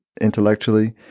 intellectually